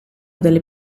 delle